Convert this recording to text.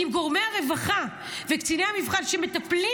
אם גורמים הרווחה וקציני המבחן שמטפלים